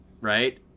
right